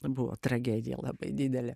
buvo tragedija labai didelė